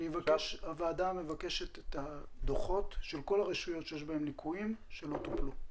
הוועדה מבקשת את הדוחות של כל הרשויות שיש בהן ליקויים ולא טופלו.